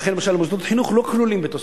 לכן, למשל, מוסדות חינוך לא כלולים בתוספת.